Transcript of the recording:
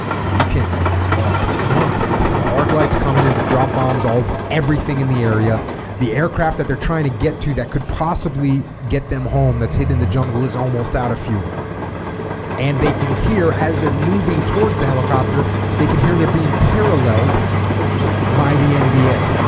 yeah you can't make this up no the arc light's coming in to drop bombs all over everything in the area the aircraft that they're trying to get to that could possibly get them home that's hidden in the jungle is almost out of fuel and they can hear as they're moving towards the helicopter they can hear they're being paralleled by the nva